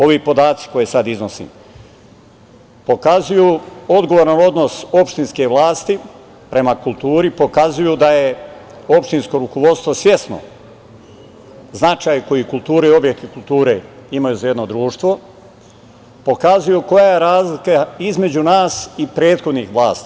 Ovi podaci koje sad iznosim pokazuju odgovaran odnos opštinske vlasti prema kulturi, pokazuju da je opštinsko rukovodstvo svesno značaja koje objekti kulture imaju za jedno društvo, pokazuju koja je razlika između nas i prethodnih vlasti.